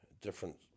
different